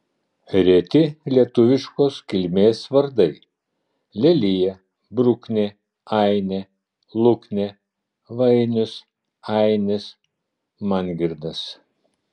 reti lietuviškos kilmės vardai lelija bruknė ainė luknė vainius ainis mangirdas